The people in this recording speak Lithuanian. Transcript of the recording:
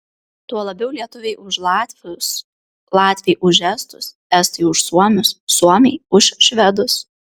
tuo labiau lietuviai už latvius latviai už estus estai už suomius suomiai už švedus